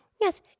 Yes